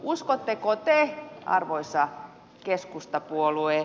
uskotteko te arvoisa keskustapuolue